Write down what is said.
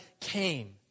came